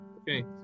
okay